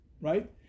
Right